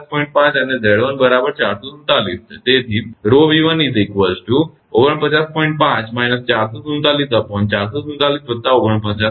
5 અને 𝑍1 બરાબર 447 છે